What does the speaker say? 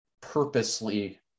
purposely